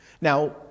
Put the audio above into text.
Now